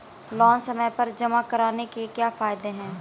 Loan समय पर जमा कराने के क्या फायदे हैं?